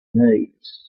needs